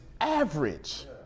average